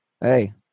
Hey